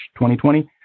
2020